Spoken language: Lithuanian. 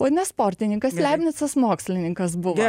ot ne sportininkas leibnicas mokslininkas buvo